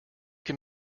can